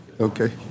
Okay